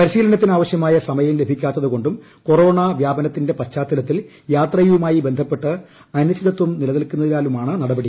പരിശീലന്റ്ത്തിന് ആവശ്യമായ സമയം ലഭിക്കാത്തതുകൊണ്ടും വ്യാപനത്തിന്റെ പശ്ചാത്തലത്തിൽ യാത്രയുമായി ബന്ധപ്പെട്ട് അനിശ്ചിതത്തി നിലനിൽക്കുന്നതിനാലുമാണ് ് ന്ടപടി